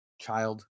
child